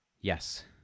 yes